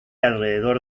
alrededor